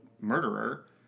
murderer